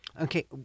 Okay